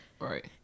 right